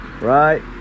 right